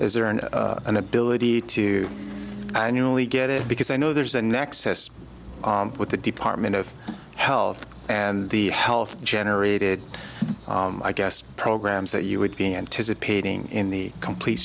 is there an ability to annually get it because i know there's an excess with the department of health and the health generated i guess programs that you would be anticipating in the complete